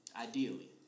Ideally